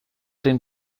den